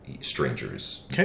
strangers